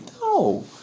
No